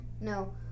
No